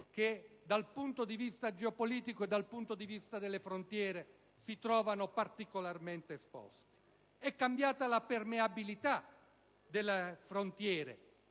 che, dal punto di vista geopolitico e delle frontiere, si trovano particolarmente esposti. È cambiata la permeabilità delle frontiere